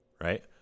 right